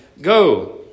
Go